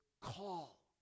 call